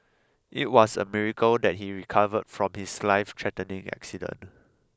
it was a miracle that he recovered from his lifethreatening accident